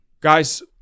Guys